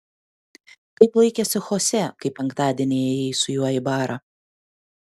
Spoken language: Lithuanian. kaip laikėsi chosė kai penktadienį ėjai su juo į barą